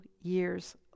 years